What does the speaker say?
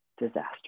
disaster